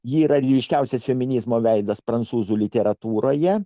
ji yra ryškiausias feminizmo veidas prancūzų literatūroje